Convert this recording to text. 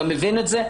אתה מבין את זה?